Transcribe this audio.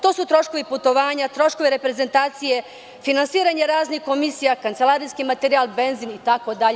To su troškovi putovanja, troškovi reprezentacije, finansiranje raznih komisija, kancelarijski materijal, benzin itd.